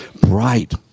bright